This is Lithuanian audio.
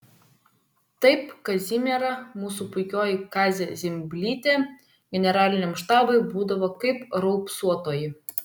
taip kazimiera mūsų puikioji kazė zimblytė generaliniam štabui būdavo kaip raupsuotoji